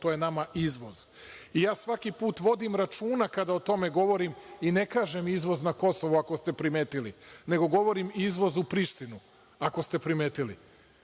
to je nama izvoz. Ja svaki put vodim računa kada o tome govorim i ne kažem izvoz na Kosovo, ako ste primetili, nego govorim izvoz u Prištinu, ako ste primetili.